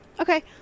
Okay